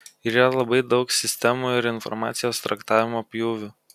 yra labai daug sistemų ir informacijos traktavimo pjūvių